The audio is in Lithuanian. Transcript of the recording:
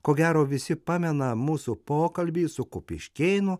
ko gero visi pamena mūsų pokalbį su kupiškėnų